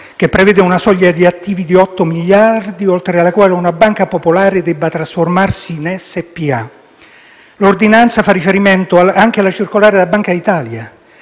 che prevede una soglia di attivi di otto miliardi oltre la quale una banca popolare deve trasformarsi in SpA. L'ordinanza fa riferimento anche alla circolare della Banca d'Italia